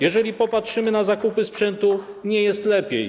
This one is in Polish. Jeżeli popatrzymy na zakup sprzętu, nie jest lepiej.